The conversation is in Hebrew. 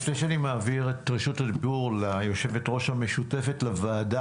לפני שאני מעביר את רשות הדיבור ליושבת הראש המשותפת לוועדה,